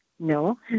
No